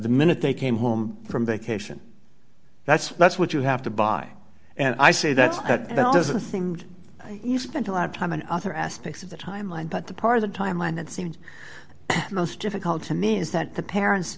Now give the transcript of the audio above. the minute they came home from vacation that's that's what you have to buy and i say that that is a thing you spent a lot of time in other aspects of the timeline but the part of the timeline that seems most difficult to me is that the parents